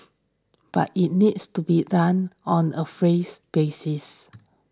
but it needs to be done on a phase basis